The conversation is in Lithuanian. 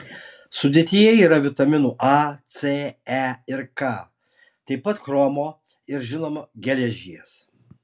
sudėtyje yra vitaminų a c e ir k taip pat chromo ir žinoma geležies